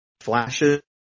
flashes